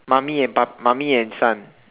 mummy and pa mummy and son